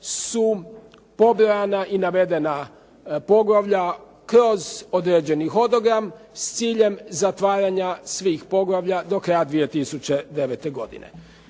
su pobrojana i navedena poglavlja kroz određeni hodogram s ciljem zatvaranja svih poglavlja do kraja 2 009. godine.